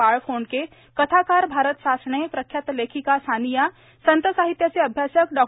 बाळ फोंडके कथाकार भारत सासणे प्रख्यात लेखिका सानिया संत साहित्याचे अभ्यासक डॉ